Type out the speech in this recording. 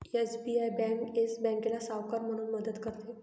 SBI bank Yes बँकेला सावकार म्हणून मदत करते